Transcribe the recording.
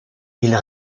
ils